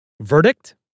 Verdict